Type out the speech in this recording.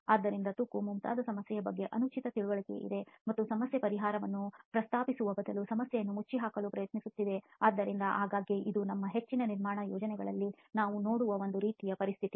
ಆದ್ದರಿಂದ ತುಕ್ಕು ಮುಂತಾದ ಸಮಸ್ಯೆಯ ಬಗ್ಗೆ ಅನುಚಿತ ತಿಳುವಳಿಕೆ ಇದೆ ಮತ್ತು ಸಮಸ್ಯೆಗೆ ಪರಿಹಾರವನ್ನು ಪ್ರಸ್ತಾಪಿಸುವ ಬದಲು ಸಮಸ್ಯೆಯನ್ನು ಮುಚ್ಚಿಹಾಕಲು ಪ್ರಯತ್ನಿಸುತ್ತಿದೆ ಆದ್ದರಿಂದ ಆಗಾಗ್ಗೆ ಇದು ನಮ್ಮ ಹೆಚ್ಚಿನ ನಿರ್ಮಾಣ ಯೋಜನೆಗಳಲ್ಲಿ ನಾವು ನೋಡುವ ಒಂದು ರೀತಿಯ ಪರಿಸ್ಥಿತಿ